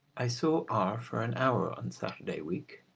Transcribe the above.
i saw r for an hour on saturday week,